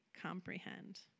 comprehend